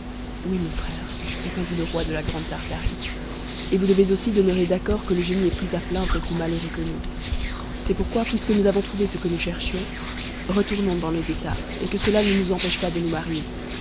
oui mon frère répondit le roi de la grande tartarie et vous devez aussi demeurer d'accord que le génie est plus à plaindre et plus malheureux que nous c'est pourquoi puisque nous avons trouvé ce que nous cherchions retournons dans nos états et que cela ne nous empêche pas de nous marier